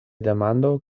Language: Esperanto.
demando